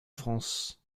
france